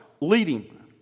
leading